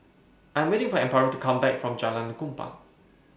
I Am waiting For Amparo to Come Back from Jalan Kupang